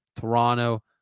Toronto